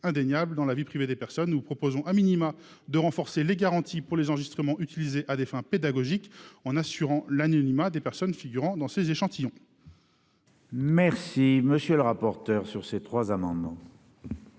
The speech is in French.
indéniables dans la vie privée des personnes, nous proposons de renforcer les garanties pour les enregistrements utilisés à des fins pédagogiques en assurant l'anonymat des personnes figurant dans ces échantillons. Quel est l'avis de la commission ? L'amendement